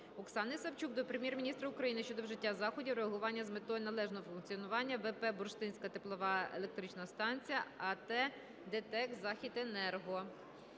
Оксани Савчук до Прем'єр-міністра України щодо вжиття заходів реагування з метою належного функціонування ВП "Бурштинська теплова електрична станція" АТ "ДТЕК Західенерго".